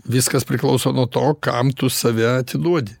viskas priklauso nuo to kam tu save atiduodi